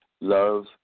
love